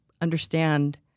understand